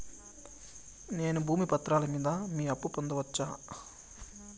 నేను భూమి పత్రాల మీద అప్పు పొందొచ్చా?